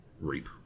reap